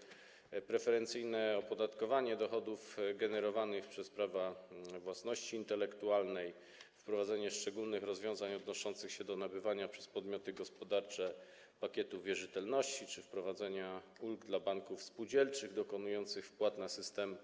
Projekt zakłada preferencyjne opodatkowanie dochodów generowanych przez prawa własności intelektualnej, wprowadzenie szczególnych rozwiązań odnoszących się do nabywania przez podmioty gospodarcze pakietów wierzytelności czy wprowadzenie ulgi dla banków spółdzielczych dokonujących wpłat na System